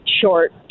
short